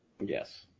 Yes